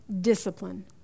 discipline